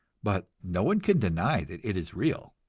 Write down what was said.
but no one can deny that it is real.